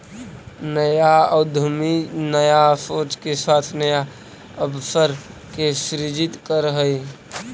नया उद्यमी नया सोच के साथ नया अवसर के सृजित करऽ हई